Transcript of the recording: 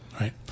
Right